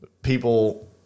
people